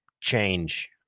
change